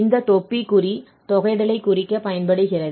இந்த தொப்பி குறி தொகையிடலை குறிக்கப் பயன்படுகிறது